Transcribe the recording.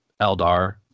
Eldar